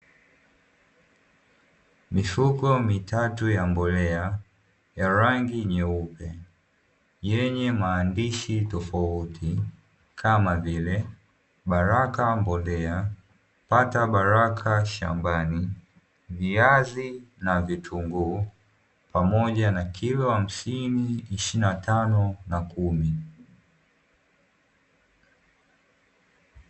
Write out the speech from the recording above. Mifuko mitatu ya mbolea ya rangi nyeupe yenye maandishi tofauti kama vile baraka mbolea, pata baraka shambani , viazi na vitunguu ,pamoja na kilo hamsini na ishirini na tano na kumi.